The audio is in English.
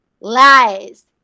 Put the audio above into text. Lies